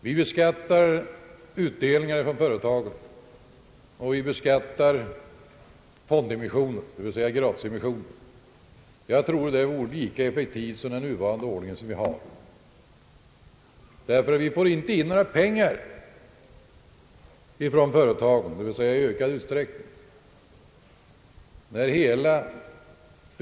Vi beskattar utdelningar från företagen, och vi borde beskatta fondemissioner, dvs. gratisemissioner. Men i övrigt innebär den nuvarande ordningen, att vi inte får in några större pengar från företagen i form av skatt från dem.